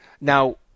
Now